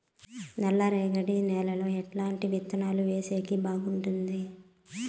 నల్లరేగడి నేలలో ఎట్లాంటి విత్తనాలు వేసేకి బాగుంటుంది?